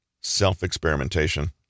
self-experimentation